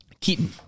Keaton